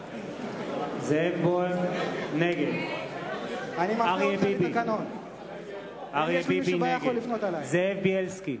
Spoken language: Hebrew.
בעד זאב בוים, נגד אריה ביבי, נגד זאב בילסקי,